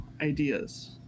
ideas